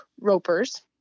ropers